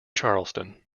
charleston